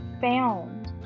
found